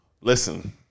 Listen